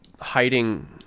hiding